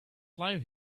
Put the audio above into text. life